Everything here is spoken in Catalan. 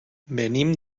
venim